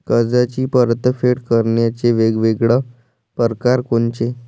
कर्जाची परतफेड करण्याचे वेगवेगळ परकार कोनचे?